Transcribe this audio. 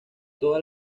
toda